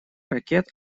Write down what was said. ракет